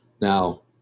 Now